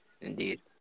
Indeed